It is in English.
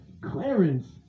Clarence